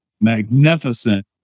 magnificent